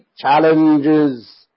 Challenges